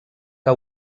que